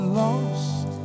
lost